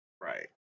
Right